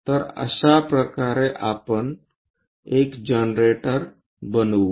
तर अशाप्रकारे आपण एक जनरेटर बनवू